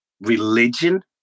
religion